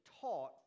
taught